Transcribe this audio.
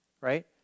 right